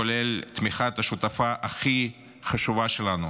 כולל תמיכת השותפה הכי חשובה שלנו,